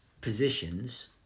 positions